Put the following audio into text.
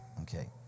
Okay